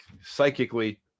psychically